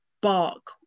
bark